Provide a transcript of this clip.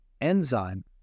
enzyme